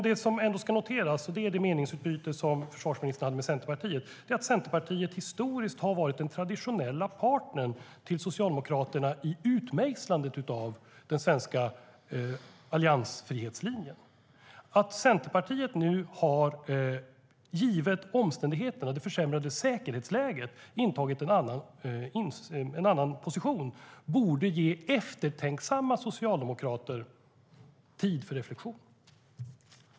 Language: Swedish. Det som ändå ska noteras - det gäller det meningsutbyte som försvarsministern hade med Centerpartiet - är att Centerpartiet historiskt har varit den traditionella partnern till Socialdemokraterna i utmejslandet av den svenska alliansfrihetslinjen. Att Centerpartiet nu, givet omständigheterna och det försämrade säkerhetsläget, har intagit en annan position borde ge eftertänksamma socialdemokrater tid för reflektion.